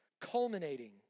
culminating